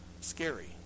scary